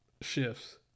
shifts